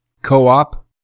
co-op